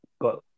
got